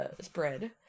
spread